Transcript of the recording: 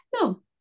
no